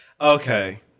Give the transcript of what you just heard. Okay